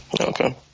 Okay